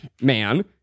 man